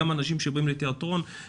אנשים שבאים לתיאטרון,